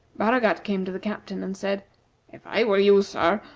baragat came to the captain, and said if i were you, sir,